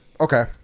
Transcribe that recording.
okay